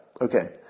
Okay